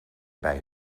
bij